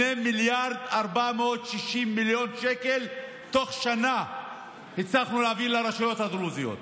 2 מיליארד ו-460 מיליון שקל תוך שנה הצלחנו להביא לרשויות הדרוזיות,